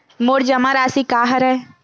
मोर जमा राशि का हरय?